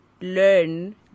learn